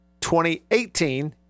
2018